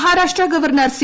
Maharashtra governor C